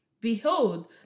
Behold